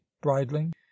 bridling